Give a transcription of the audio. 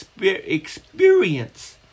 experience